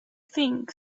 thing